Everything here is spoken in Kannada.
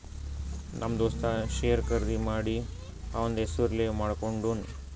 ನಮ್ ದೋಸ್ತ ಶೇರ್ ಖರ್ದಿ ಮಾಡಿ ಅವಂದ್ ಹೆಸುರ್ಲೇ ಮಾಡ್ಕೊಂಡುನ್